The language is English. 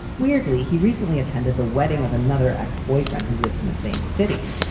weirdly, he recently attended the wedding of another ex-boyfriend who lives in the same city.